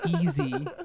easy